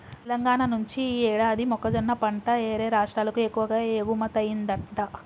తెలంగాణా నుంచి యీ యేడు మొక్కజొన్న పంట యేరే రాష్టాలకు ఎక్కువగా ఎగుమతయ్యిందంట